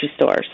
stores